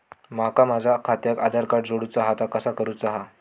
माका माझा खात्याक आधार कार्ड जोडूचा हा ता कसा करुचा हा?